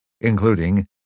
including